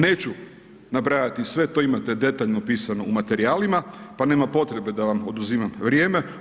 Neću nabrajati sve, to imate detaljno napisano u materijalima pa nema potrebe da vam oduzimam vrijeme.